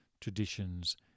traditions